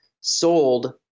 sold